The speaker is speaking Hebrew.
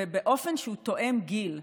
ובאופן שהוא תואם גיל.